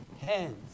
hands